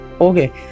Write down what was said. okay